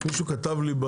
מישהו כתב לי,